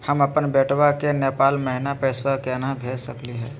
हम अपन बेटवा के नेपाल महिना पैसवा केना भेज सकली हे?